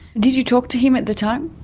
did you talk to him at the time?